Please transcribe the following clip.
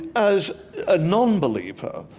as a non-believer,